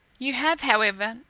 you have, however,